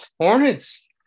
hornets